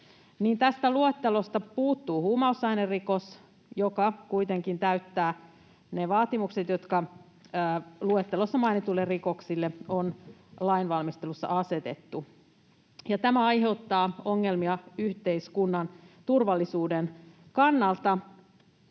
Tästä luettelosta puuttuu huumausainerikos, joka kuitenkin täyttää ne vaatimukset, jotka luettelossa mainituille rikoksille on lainvalmistelussa asetettu, ja tämä aiheuttaa ongelmia yhteiskunnan turvallisuuden kannalta.